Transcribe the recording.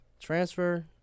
transfer